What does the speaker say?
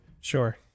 Sure